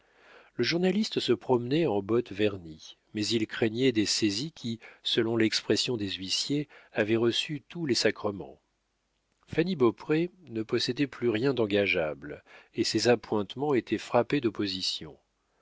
le journaliste se promenait en bottes vernies mais il craignait des saisies qui selon l'expression des huissiers avaient reçu tous les sacrements fanny beaupré ne possédait plus rien d'engageable et ses appointements étaient frappés d'oppositions